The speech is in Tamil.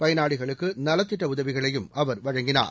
பயனாளிகளுக்கு நலத்திட்ட உதவிகளையும் அவர் வழங்கினார்